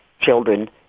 children